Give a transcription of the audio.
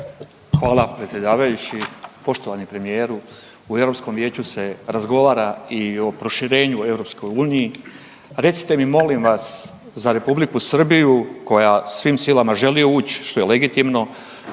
Hvala predsjedavajući. Poštovani premijeru, u Europskom vijeću se razgovara i o proširenju u EU. Recite mi molim vas za Republiku Srbiju koja svim silama želi uć, što je legitimno,